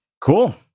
Cool